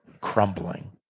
crumbling